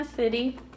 City